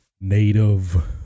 native